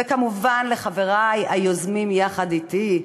וכמובן לחברי היוזמים יחד אתי: